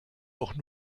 auch